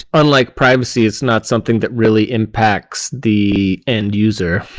unlike privacy, it's not something that really impacts the end-user.